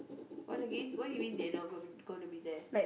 what again what you mean they not gon~ gonna be there